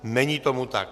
Není tomu tak.